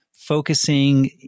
focusing